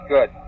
Good